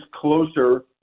closer